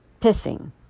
Pissing